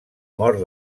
mort